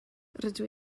rydw